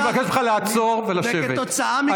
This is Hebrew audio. וכתוצאה מכך,